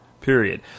Period